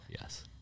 Yes